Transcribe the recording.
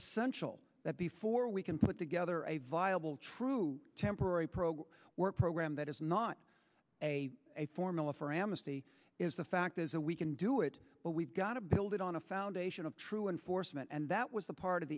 essential that before we can put together a viable true temporary program work program that is not a a formula for amnesty is the fact is a we can do it but we've got to build it on a foundation of true and forstmann and that was the part of